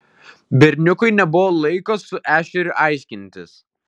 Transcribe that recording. berniukui nebuvo laiko su ešeriu aiškintis